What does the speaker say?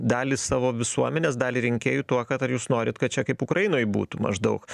dalį savo visuomenės dalį rinkėjų tuo kad ar jūs norit kad čia kaip ukrainoj būtų maždaug